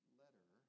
letter